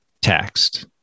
taxed